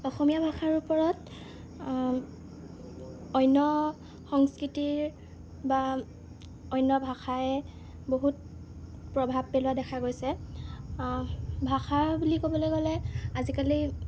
অসমীয়া ভাষাৰ ওপৰত অন্য সংস্কৃতিৰ বা অন্য ভাষাই বহুত প্ৰভাৱ পেলোৱা দেখা গৈছে ভাষা বুলি ক'বলৈ গ'লে আজিকালি